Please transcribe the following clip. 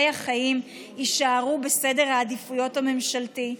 החיים יישארו בסדר העדיפויות הממשלתי,